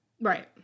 Right